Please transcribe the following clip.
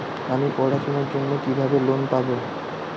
আমি পড়াশোনার জন্য কিভাবে লোন পাব?